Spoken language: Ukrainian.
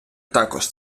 також